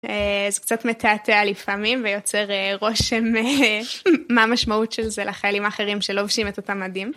זה קצת מתעתע לפעמים ויוצר רושם מה המשמעות של זה לחיילים אחרים שלובשים את אותם מדים.